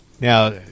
Now